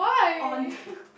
on